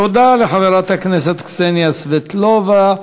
תודה לחברת הכנסת קסניה סבטלובה.